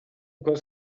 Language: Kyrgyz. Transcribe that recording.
көз